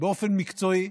באופן מקצועי,